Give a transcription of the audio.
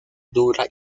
dura